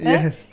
Yes